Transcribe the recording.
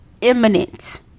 imminent